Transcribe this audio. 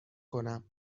کنم